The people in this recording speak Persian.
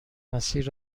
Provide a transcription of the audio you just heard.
مسیر